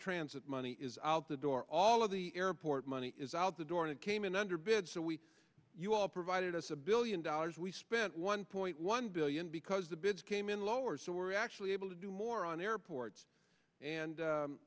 transit money is out the door all of the airport money is out the door and it came in under bid so we provided us a billion dollars we spent one point one billion because the bids came in lower so we're actually able to do more on airports